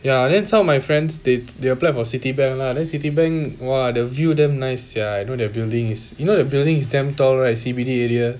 ya then some of my friends they they applied for citibank lah then citibank !wah! the view damn nice sia you know their buildings you know the building is damn tall right C_B_D area